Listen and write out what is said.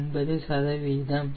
9 சதவீதம்